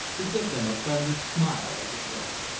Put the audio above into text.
to give them a friendly smile, as it were,